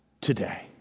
today